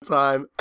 time